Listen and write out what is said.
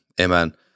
Amen